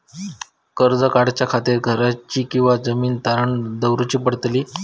कर्ज काढच्या खातीर घराची किंवा जमीन तारण दवरूची पडतली?